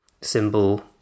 symbol